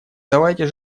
давайте